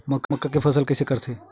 मक्का के फसल कइसे करथे?